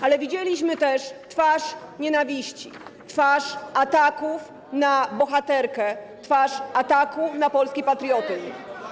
Ale widzieliśmy też twarz nienawiści, twarz ataków na bohaterkę, twarz ataku na polski patriotyzm.